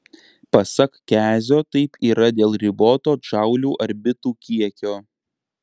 pasak kezio taip yra dėl riboto džaulių ar bitų kiekio